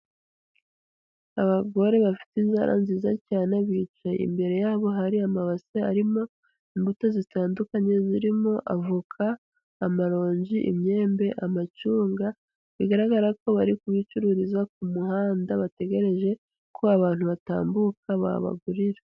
Abagore bafite inzara nziza cyane bicaye imbere yabo hari amabase arimo imbuto zitandukanye zirimo avoka, amaronji, imyembe, amacunga, bigaragara ko bari kubicururiza ku muhanda bategereje ko abantu batambuka babagurira.